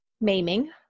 maiming